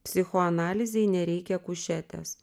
psichoanalizei nereikia kušetės